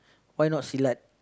why not silat